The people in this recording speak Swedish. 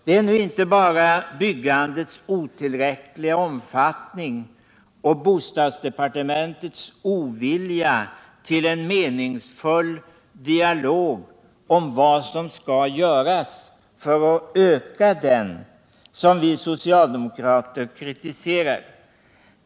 Det är nu inte bara byggandets otillräckliga omfattning och bostadsdepartementets ovilja till en meningsfull dialog om vad som skall göras för att öka den som vi socialdemokrater kritiserar.